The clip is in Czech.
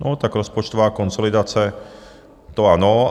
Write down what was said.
No tak rozpočtová konsolidace, to ano.